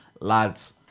Lads